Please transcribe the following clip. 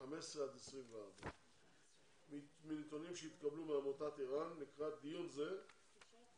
15 עד 24. מנתונים שהתקבלו מעמותת ער"ן לקראת דיון זה עולה